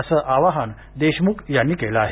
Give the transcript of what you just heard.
असं आवाहन देशमुख यांनी केले आहे